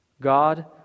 God